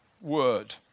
word